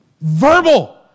verbal